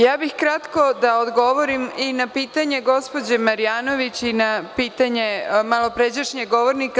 Ja bih kratko da odgovorim i na pitanje gospođe Marjanović i na pitanje malopređašnjeg govornika.